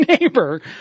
neighbor